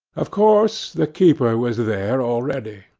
of course the keeper was there already.